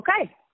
okay